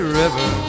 river